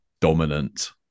dominant